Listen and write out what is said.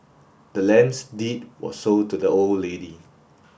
the land's deed was sold to the old lady